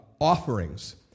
offerings